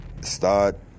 start